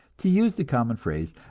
to use the common phrase,